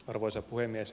arvoisa puhemies